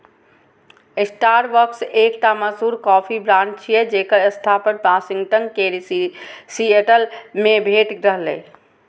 Starbucks एकटा मशहूर coffee brand छियै, जेकर स्थापना वाशिंगटन के सिएटल मे भेल रहै